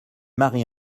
marie